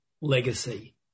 legacy